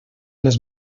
les